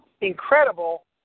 incredible